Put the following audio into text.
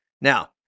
Now